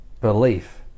belief